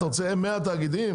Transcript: אתה רוצה 100 תאגידים?